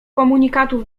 komunikatów